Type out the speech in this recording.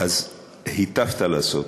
אז היטבת לעשות.